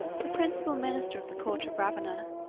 the principal minister of the court of ravenna,